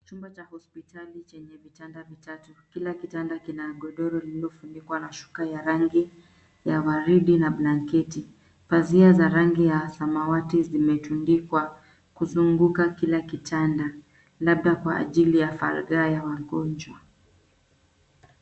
Chumba cha hospitali chenye vitanda vitatu. Kila kitanda kina godoro lililofunikwa na shuka ya rangi ya waridi na blanketi. Pazia za rangi ya samawati zimetundikwa kuzunguka kila kitanda, labda kwa ajili ya faragha ya wagonjwa.